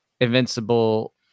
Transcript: Invincible